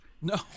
No